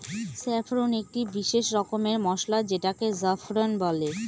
saffron একটি বিশেষ রকমের মসলা যেটাকে জাফরান বলে